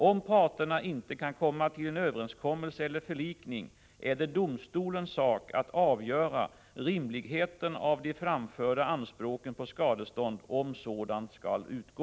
Om parterna inte kan komma till en överenskommelse eller förlikning är det domstolens sak att avgöra rimligheten av de framförda anspråken på skadestånd, om sådant skall utgå.